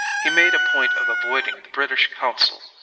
he made a point of avoiding the british consul,